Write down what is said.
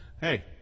Hey